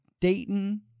Dayton